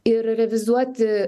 ir revizuoti